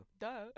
Duh